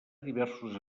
diversos